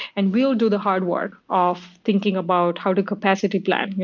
and we'll do the hard work off thinking about how the capacity plan.